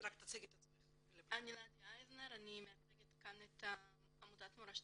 אני מייצגת כאן את עמותת "מורשתנו".